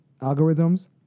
algorithms